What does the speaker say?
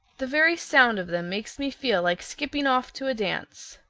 the very sound of them makes me feel like skipping off to a dance.